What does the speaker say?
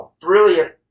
brilliant